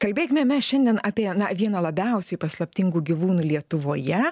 kalbėkime mes šiandien apie na vieną labiausiai paslaptingų gyvūnų lietuvoje